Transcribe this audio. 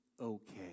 okay